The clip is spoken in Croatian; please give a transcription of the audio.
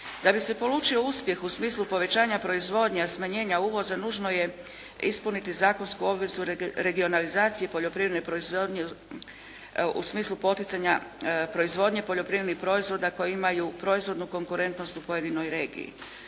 Da bi se polučio uspjeh u smislu povećanje proizvodnje, a smanjenja uvoza nužno je ispuniti zakonsku obvezu regionalizacije poljoprivredne proizvodnje u smislu poticanja proizvodnje poljoprivrednih proizvoda koji imaju proizvodnu konkurentnost u pojedinoj regiji.